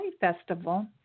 festival